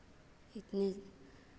इतने